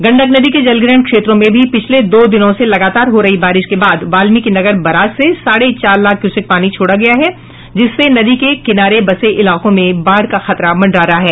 गंडक नदी के जलग्रहण क्षेत्रों में भी पिछले दो दिनों से लगातार हो रही बारिश के बाद वाल्मिकी नगर बराज से साढ़े चार लाख क्यूसेक पानी छोड़ा गया है जिससे नदी के किनारे बसे इलाकों में बाढ़ का खतरा मंडरा रहा है